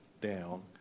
down